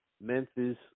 Memphis